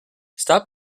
stop